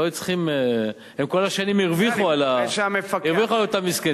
הם כל השנים הרוויחו על אותם מסכנים.